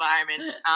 environment